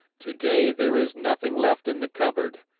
today there is nothing left in the cupboard,